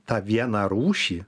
tą vieną rūšį